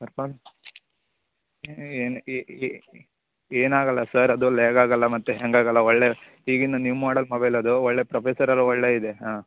ಏನು ಏನಾಗಲ್ಲ ಸರ್ ಅದು ಲ್ಯಾಗ್ ಆಗಲ್ಲ ಮತ್ತೆ ಹ್ಯಾಂಗ್ ಆಗಲ್ಲ ಒಳ್ಳೆ ಈಗಿನ ನ್ಯೂ ಮಾಡೆಲ್ ಮೊಬೈಲ್ ಅದು ಒಳ್ಳೆ ಪ್ರೊಫೆಸರ್ ಎಲ್ಲ ಒಳ್ಳೆ ಇದೆ ಹಾಂ